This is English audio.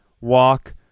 walk